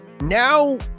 now